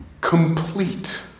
complete